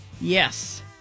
Yes